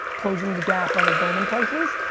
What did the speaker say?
closing the gap on the bowman prices.